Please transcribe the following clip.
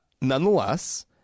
nonetheless